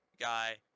guy